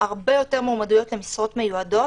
הרבה יותר מועמדויות למשרות מיועדות,